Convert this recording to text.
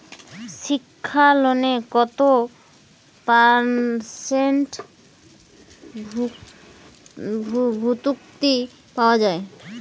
শিক্ষা লোনে কত পার্সেন্ট ভূর্তুকি পাওয়া য়ায়?